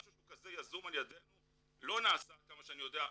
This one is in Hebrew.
משהו כזה שהוא יזום על ידינו לא נעשה עד כמה שאני יודע,